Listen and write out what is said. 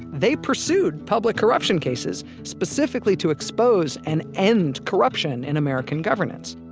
they pursued public corruption cases specifically to expose and end corruption in american governance,